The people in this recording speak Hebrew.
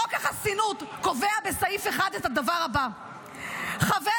חוק החסינות קובע בסעיף 1 את הדבר הבא: חבר